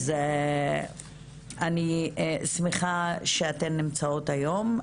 אז אני שמחה שאתן נמצאות היום,